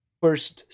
first